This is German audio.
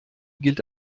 gilt